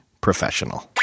Professional